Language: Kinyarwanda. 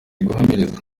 guhamiriza